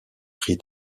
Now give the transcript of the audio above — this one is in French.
prix